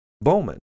Bowman